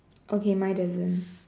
okay my doesn't